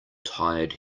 tired